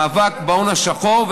מאבק בהון השחור.